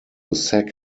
sack